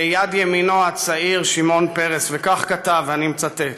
ליד ימינו הצעיר שמעון פרס, וכך כתב, ואני מצטט: